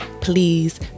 please